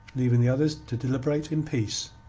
leaving the others to deliberate in peace.